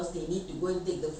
constantly